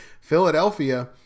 Philadelphia